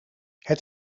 het